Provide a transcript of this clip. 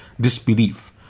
disbelief